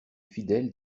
fidèles